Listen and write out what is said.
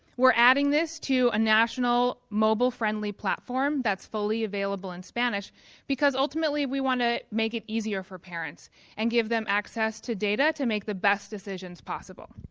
we're adding this to a national mobile friendly platform that's fully available in spanish because ultimately we want to make it easier for parents and give them access to data to make the best decisions possible.